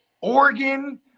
Oregon